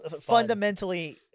fundamentally